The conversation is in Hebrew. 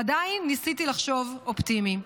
ועדיין ניסיתי לחשוב אופטימי.